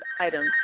items